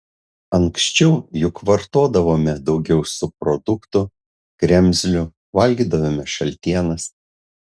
anksčiau juk vartodavome daugiau subproduktų kremzlių valgydavome šaltienas